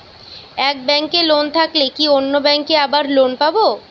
এক ব্যাঙ্কে লোন থাকলে কি অন্য ব্যাঙ্কে আবার লোন পাব?